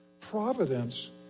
Providence